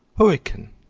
hurricane,